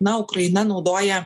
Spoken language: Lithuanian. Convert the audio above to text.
na ukraina naudoja